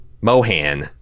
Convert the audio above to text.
mohan